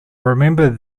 remember